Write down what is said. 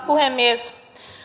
puhemies